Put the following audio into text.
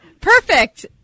Perfect